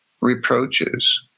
reproaches